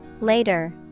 Later